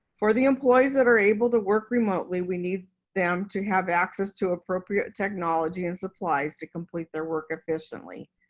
for the employees that are able to work remotely, we need them to have access to appropriate technology and supplies to complete their work efficiently.